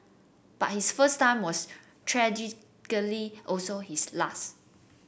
but his first time was tragically also his last